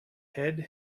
head